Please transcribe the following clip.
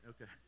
Okay